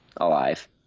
alive